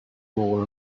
more